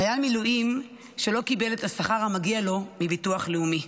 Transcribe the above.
חייל מילואים שלא קיבל את השכר המגיע לו מביטוח לאומי,